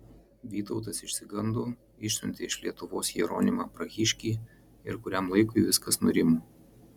vytautas išsigando išsiuntė iš lietuvos jeronimą prahiškį ir kuriam laikui viskas nurimo